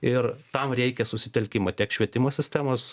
ir tam reikia susitelkimo tiek švietimo sistemos